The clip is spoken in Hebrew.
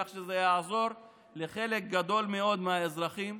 כך שזה יעזור לחלק גדול מאוד מהאזרחים.